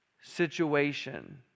situation